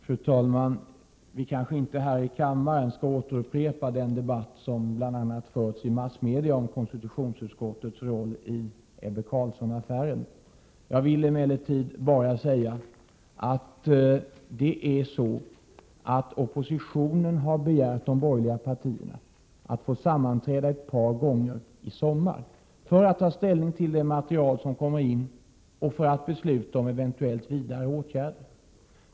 Fru talman! Kanske skall vi inte här i kammaren upprepa den debatt som bl.a. förts i massmedia om konstitutionsutskottets roll i Ebbe Carlssonaffären. De borgerliga oppositionspartierna har emellertid begärt att få hålla sammanträde ett par gånger i sommar för att ta ställning till det material som kommer in och för att besluta om eventuella vidare åtgärder.